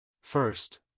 First